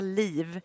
liv